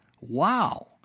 Wow